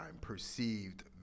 perceived